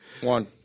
One